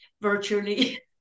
virtually